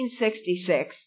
1966